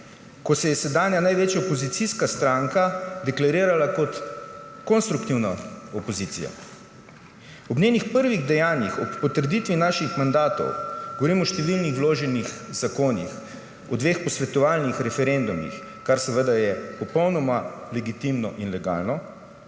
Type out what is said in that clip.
ko se je sedanja največja opozicijska stranka deklarirala kot konstruktivna opozicija. Ob njenih prvih dejanjih ob potrditvi naših mandatov – govorim o številnih vloženih zakonih, o dveh posvetovalnih referendumih, kar seveda je popolnoma legitimno in legalno